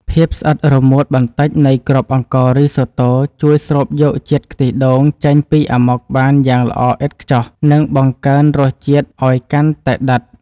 ភាពស្អិតរមួតបន្តិចនៃគ្រាប់អង្កររីសូតូជួយស្រូបយកជាតិខ្ទិះដូងចេញពីអាម៉ុកបានយ៉ាងល្អឥតខ្ចោះនិងបង្កើនរសជាតិឱ្យកាន់តែដិត។